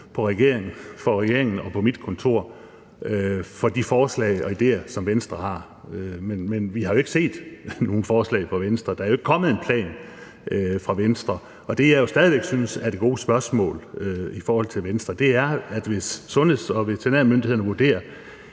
til regeringen og til mit kontor for de forslag og idéer, som Venstre har. Men vi har jo ikke set nogen forslag fra Venstre; der er jo ikke kommet en plan fra Venstre. Og det, som jeg stadig synes er det gode spørgsmål i forhold til Venstre, er jo: Hvis sundheds- og veterinærmyndighederne vurderer,